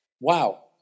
wow